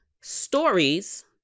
stories